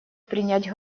принять